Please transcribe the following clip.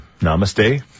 Namaste